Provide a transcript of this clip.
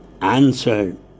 answered